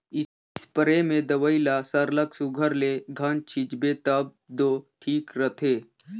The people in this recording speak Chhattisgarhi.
इस्परे में दवई ल सरलग सुग्घर ले घन छींचबे तब दो ठीक रहथे